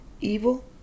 evil